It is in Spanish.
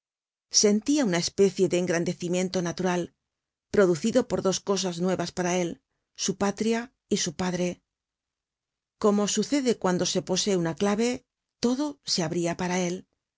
sentia una especie de engrandecimiento natural producido por dos cosas nuevas para él su patria y su padre como sucede cuando se posee una clave todo se abria para él